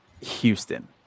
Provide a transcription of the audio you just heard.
Houston